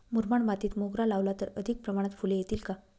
मुरमाड मातीत मोगरा लावला तर अधिक प्रमाणात फूले येतील का?